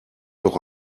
doch